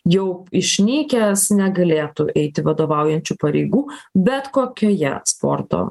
jau išnykęs negalėtų eiti vadovaujančių pareigų bet kokioje sporto